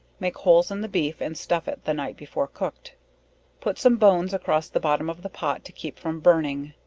make holes in the beef and stuff it the night before cooked put some bones across the bottom of the pot to keep from burning,